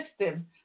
system